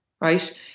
right